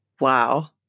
Wow